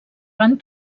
van